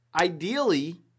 ideally